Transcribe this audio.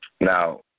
Now